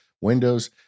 Windows